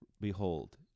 Behold